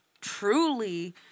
truly